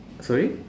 sorry